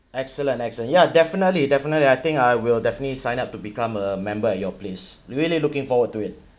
excellent excellent ya definitely definitely I think I will definitely sign up to become a member at your place really looking forward to it